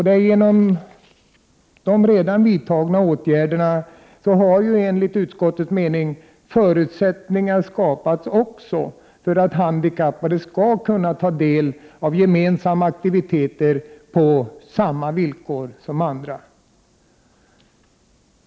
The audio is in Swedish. Det är genom de redan vidtagna åtgärderna som förutsättningar har skapats också för handikappade att kunna ta del av gemensamma aktiviteter på samma villkor som andra.